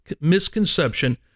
misconception